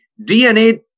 DNA